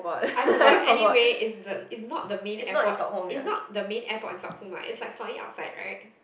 I forgot anyway it's the it's not the main airport it's not the main airport in Stockholm ah it's like slightly outside right